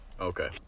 Okay